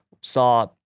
saw